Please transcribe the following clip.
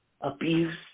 abuse